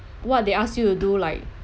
what they ask you to do like